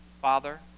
Father